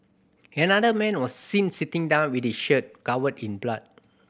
another man was seen sitting down with his shirt covered in blood